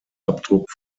abdruck